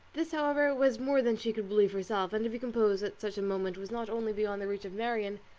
this however was more than she could believe herself and to be composed at such a moment was not only beyond the reach of marianne,